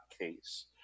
case